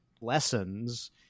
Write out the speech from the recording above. lessons